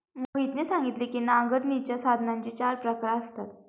मोहितने सांगितले की नांगरणीच्या साधनांचे चार प्रकार असतात